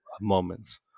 moments